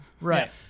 Right